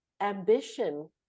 ambition